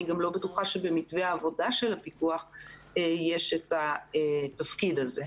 גם לא בטוחה שבמתווה העבודה של הפיקוח יש את התפקיד הזה.